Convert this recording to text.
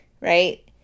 Right